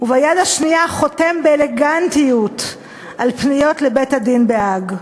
וביד השנייה חותם באלגנטיות על פניות לבית-הדין בהאג.